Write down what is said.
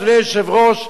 אדוני היושב-ראש,